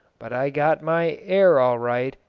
but i got my air all right,